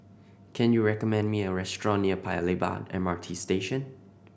can you recommend me a restaurant near Paya Lebar M R T Station